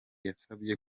yasabye